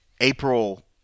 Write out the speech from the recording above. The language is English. April